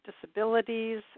disabilities